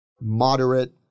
moderate